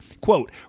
Quote